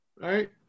right